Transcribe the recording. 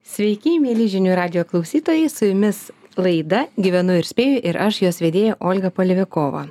sveiki mieli žinių radijo klausytojai su jumis laida gyvenu ir spėju ir aš jos vedėja olga polevikova